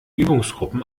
übungsgruppen